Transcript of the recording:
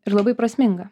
ir labai prasminga